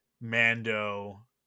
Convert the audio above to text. mando